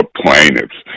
plaintiffs